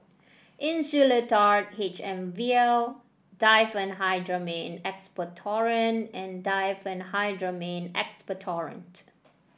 Insulatard H M vial Diphenhydramine Expectorant and Diphenhydramine Expectorant